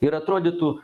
ir atrodytų